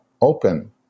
open